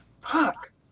Fuck